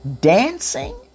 Dancing